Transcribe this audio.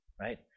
Right